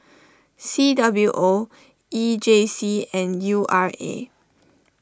C W O E J C and U R A